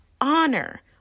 Honor